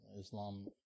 islam